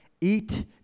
eat